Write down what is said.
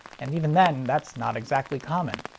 and even then that's not exactly common.